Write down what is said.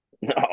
No